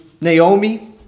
Naomi